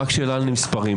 רק שאלה על המספרים.